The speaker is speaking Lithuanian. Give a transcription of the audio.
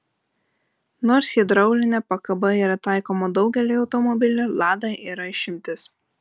nors hidraulinė pakaba yra taikoma daugeliui automobilių lada yra išimtis